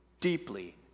deeply